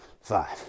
five